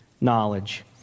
knowledge